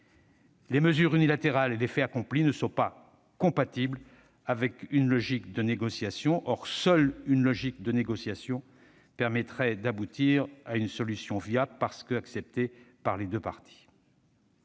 Les mesures unilatérales et les faits accomplis ne sont pas compatibles avec une logique de négociation. Or seule une logique de négociation permettrait d'aboutir à une solution viable parce qu'acceptée par les deux parties.